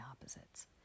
opposites